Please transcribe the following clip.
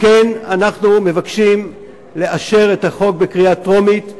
לכן אנחנו מבקשים לאשר את החוק בקריאה טרומית,